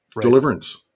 deliverance